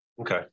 Okay